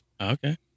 Okay